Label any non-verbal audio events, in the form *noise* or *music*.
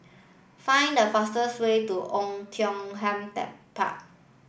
find the fastest way to Oei Tiong Ham *unintelligible* Park